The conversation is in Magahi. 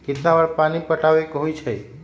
कितना बार पानी पटावे के होई छाई?